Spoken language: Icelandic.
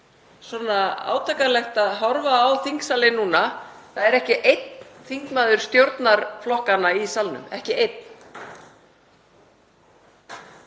átakanlegt að horfa á þingsalinn núna. Það er ekki einn þingmaður stjórnarflokkanna í salnum, ekki einn.